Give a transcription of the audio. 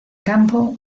campo